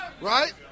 Right